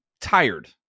tired